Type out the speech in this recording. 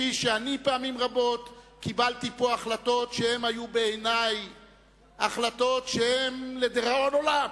כפי שאני פעמים רבות קיבלתי פה החלטות שהיו בעיני החלטות לדיראון עולם.